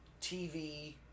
TV